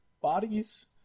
bodies